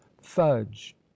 fudge